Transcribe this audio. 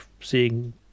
seeing